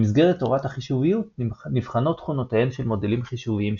במסגרת תורת החישוביות נבחנות תכונותיהם של מודלים חישוביים שונים,